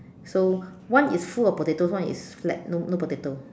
so one is full of potatoes and one is flat no no potato